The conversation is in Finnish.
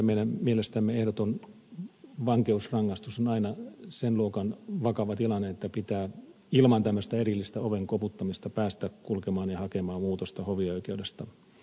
meidän mielestämme ehdoton vankeusrangaistus on aina sen luokan vakava tilanne että pitää ilman tämmöistä erillistä oveen koputtamista päästä kulkemaan ja hakemaan muutosta hovioikeudesta